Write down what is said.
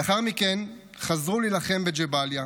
לאחר מכן חזרו להילחם בג'באליה.